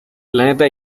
planeta